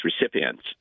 recipients